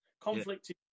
Conflict